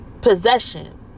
possession